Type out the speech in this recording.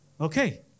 Okay